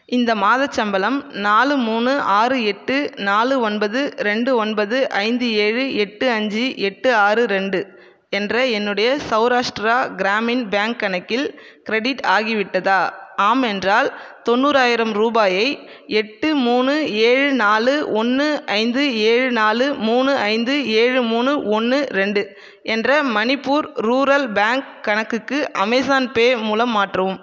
இந்த மாதச் சம்பளம் நாலு மூணு ஆறு எட்டு நாலு ஒன்பது ரெண்டு ஒன்பது ஐந்து ஏழு எட்டு அஞ்சு எட்டு ஆறு ரெண்டு என்ற என்னுடைய சவுராஷ்ட்ரா கிராமின் பேங்க் கணக்கில் க்ரெடிட் ஆகிவிட்டதா ஆம் என்றால் தொண்ணூறாயிரம் ரூபாயை எட்டு மூணு ஏழு நாலு ஒன்று ஐந்து ஏழு நாலு மூணு ஐந்து ஏழு மூணு ஒன்று ரெண்டு என்ற மணிப்பூர் ரூரல் பேங்க் கணக்குக்கு அமேஸான் பே மூலம் மாற்றவும்